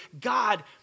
God